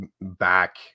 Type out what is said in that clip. back